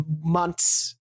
months